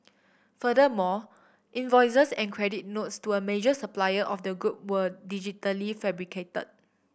furthermore invoices and credit notes to a major supplier of the group were digitally fabricated